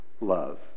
love